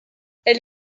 elle